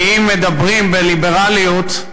ואם מדברים על ליברליות,